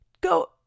Go